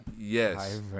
yes